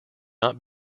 not